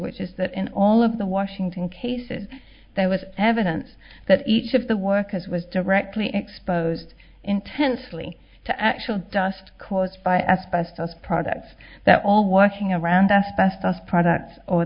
which is that in all of the washington cases there was evidence that each of the workers was directly exposed intensely to actual dust caused by asbestos products that all walking around us passed us products or